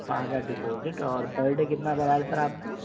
پانچ ہزار ڈپازٹ اور پر ڈے کتنا بتایا تھا سر آپ نے